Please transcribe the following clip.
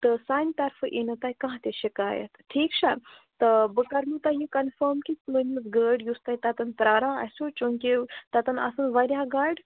تہٕ سانہِ طرفہٕ ییٖنہٕ تۄہہِ کانٛہہ تہِ شِکایَت ٹھیٖک چھا تہٕ بہٕ کَرمو تۄہہِ یہِ کَنفٲم کہِ گٲڑۍ یُس تۄہہِ تَتٮ۪ن پرٛاران آسیو چوٗنٛکہِ تَتٮ۪ن آسَن واریاہ گاڑِ